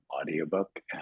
audiobook